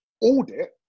audit